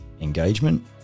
engagement